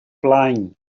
blaen